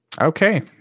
okay